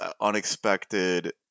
unexpected